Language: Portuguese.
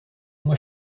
uma